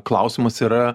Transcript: klausimas yra